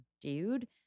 dude